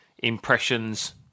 Impressions